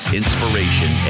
inspiration